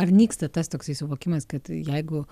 ar nyksta tas toksai suvokimas kad jeigu